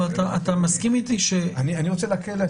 אבל אתה מסכים איתי ש --- אני רוצה להקל,